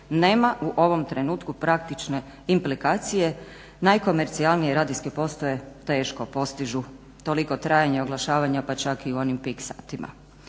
nema u ovom trenutku praktične implikacije. Najkomercijalnije radijske postaje teško postižu toliko trajanje oglašavanja pa čak i u onim … satima.